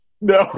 No